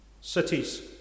cities